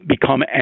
become